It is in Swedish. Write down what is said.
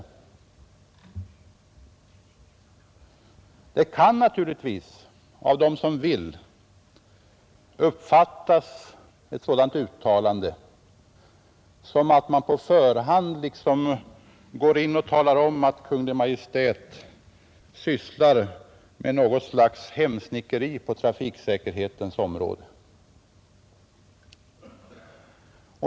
Ett sådant uttalande kan uppfattas så att man på förhand talar om att Kungl. Maj:t sysslar med något slags hemsnickeri på trafiksäkerhetens område.